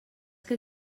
que